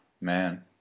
Man